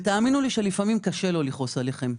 תאמינו לי שלפעמים קשה לא לכעוס עליכם.